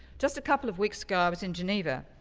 just a couple of weeks ago, i was in geneva,